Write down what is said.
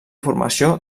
formació